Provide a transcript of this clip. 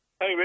Hey